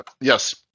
Yes